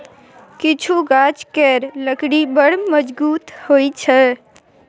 किछु गाछ केर लकड़ी बड़ मजगुत होइ छै